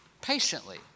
Patiently